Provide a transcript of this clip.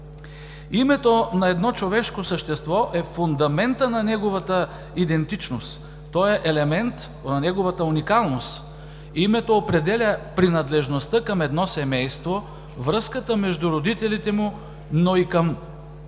Името на едно човешко същество е фундаментът на неговата идентичност, то е елемент на неговата уникалност. Името определя принадлежността към едно семейство, връзката между родителите му, но и принадлежност